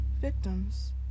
Victims